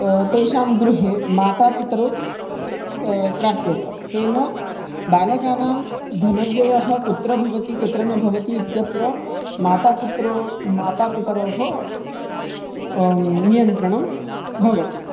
तेषां गृहे मातापितरौ प्राप्येत तेन बालकानां धनव्ययः कुत्र भवति कुत्र न भवति इत्यत्र मातापितरौ मातापितरौ नियन्त्रणं भवति